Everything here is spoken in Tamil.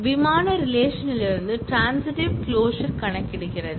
விமான ரிலேஷன் லிருந்து ட்ரான்ஸிட்டிவ் க்ளோஷர் கணக்கிடுகிறது